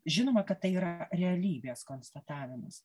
žinoma kad tai yra realybės konstatavimas